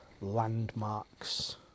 Landmarks